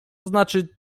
znaczy